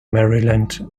maryland